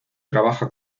trabaja